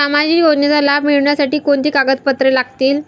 सामाजिक योजनेचा लाभ मिळण्यासाठी कोणती कागदपत्रे लागतील?